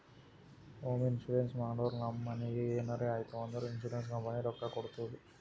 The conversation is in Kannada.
ಹೋಂ ಇನ್ಸೂರೆನ್ಸ್ ಮಾಡುರ್ ನಮ್ ಮನಿಗ್ ಎನರೇ ಆಯ್ತೂ ಅಂದುರ್ ಇನ್ಸೂರೆನ್ಸ್ ಕಂಪನಿ ರೊಕ್ಕಾ ಕೊಡ್ತುದ್